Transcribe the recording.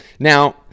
Now